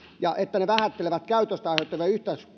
ja että ne vähättelevät käytöstä aiheutuvia